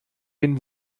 den